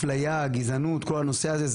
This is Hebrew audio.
אפליה, גזענות, כל הנושא הזה.